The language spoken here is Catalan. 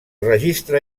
registre